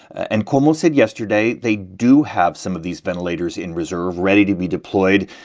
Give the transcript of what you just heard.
and cuomo said yesterday they do have some of these ventilators in reserve, ready to be deployed,